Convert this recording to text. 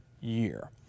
year